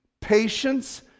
patience